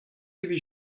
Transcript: evit